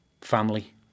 family